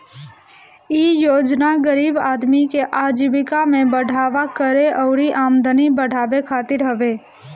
इ योजना गरीब आदमी के आजीविका में बढ़ावा करे अउरी आमदनी बढ़ावे खातिर हवे